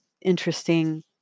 interesting